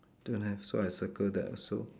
don't have so I circle that also